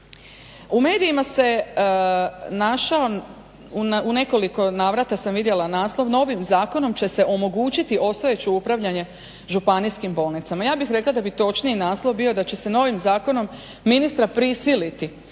U medijima se našao, u nekoliko navrata sam vidjela naslov novim zakonom će se omogućiti Ostojiću upravljanje županijskim bolnicama. Ja bih rekla da bi točniji naslov bio, da će se novim zakonom ministra prisiliti